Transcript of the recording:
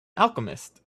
alchemist